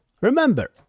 Remember